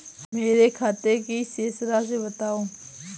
मेरे खाते की शेष राशि बताओ?